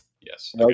yes